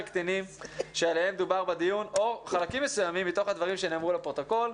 קטינים שעליהם דובר בדיון או חלקים מסוימים מתוך הדברים שנאמרו לפרוטוקול,